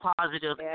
positive